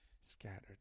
scattered